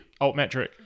Altmetric